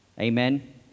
Amen